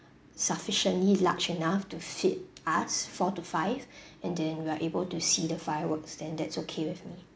sufficiently large enough to fit us four to five and then we are able to see the fireworks then that's okay with me